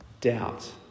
doubt